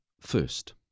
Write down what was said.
first